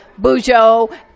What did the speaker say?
Bujo